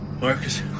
Marcus